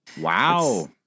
wow